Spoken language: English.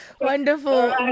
Wonderful